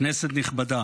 כנסת נכבדה,